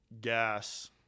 gas